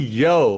yo